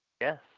Yes